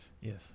Yes